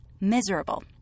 miserable